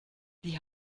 die